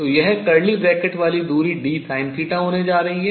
तो यह curly bracket घुंघराले ब्रैकेट वाली दूरी dSinθ होने जा रही है